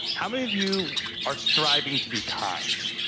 how many of you are striving to be kind?